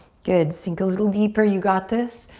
good, sink a little deeper. you got this.